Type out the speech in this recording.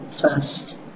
first